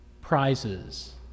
Prizes